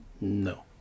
No